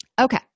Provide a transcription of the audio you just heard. Okay